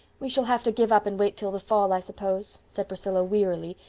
we shall have to give up and wait till the fall, i suppose, said priscilla wearily,